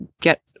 get –